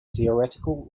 theoretical